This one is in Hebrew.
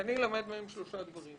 אני למד מהם שלושה דברים.